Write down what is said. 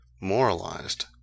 moralized